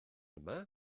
yma